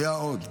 היו עוד.